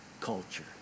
culture